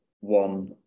one